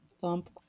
thump